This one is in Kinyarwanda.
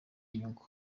inyungu